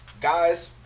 Guys